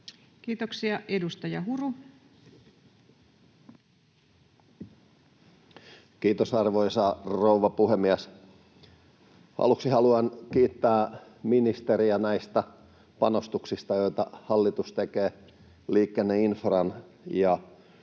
Time: 17:17 Content: Kiitos, arvoisa rouva puhemies! Aluksi haluan kiittää ministeriä näistä panostuksista, joita hallitus tekee liikenneinfran